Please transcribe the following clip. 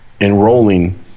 enrolling